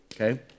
okay